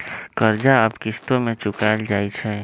कर्जा अब किश्तो में चुकाएल जाई छई